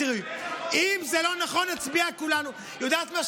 תראי, אם זה לא נכון, נצביע כולנו, יודעת מה?